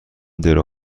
درو